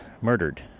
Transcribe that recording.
murdered